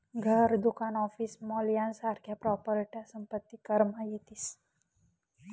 घर, दुकान, office, mall यासारख्या प्रॉपर्ट्या संपत्ती करमा येतीस